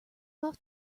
off